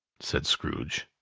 said scrooge.